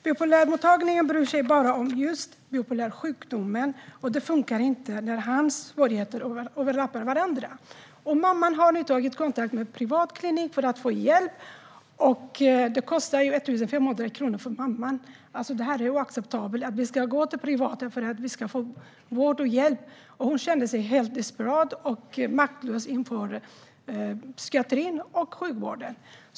Bipolärmottagningen bryr sig bara om just den bipolära sjukdomen, och det funkar inte när hans svårigheter överlappar varandra. Mamman har nu tagit kontakt med en privat klinik för att få hjälp, och det kostar henne 1 500 kronor. Det är oacceptabelt att de ska behöva gå till privata kliniker för att få vård och hjälp. Hon känner sig helt desperat och maktlös inför psykiatrin och sjukvården.